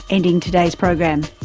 ending today's program.